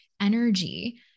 energy